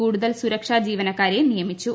കൂടുതൽ സുരക്ഷാ ജീവനക്കാരെ നിയമിച്ചു